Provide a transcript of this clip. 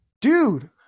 dude